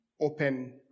open